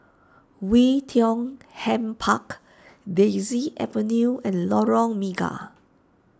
Oei Tiong Ham Park Daisy Avenue and Lorong Mega